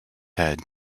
head